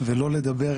ולא לדבר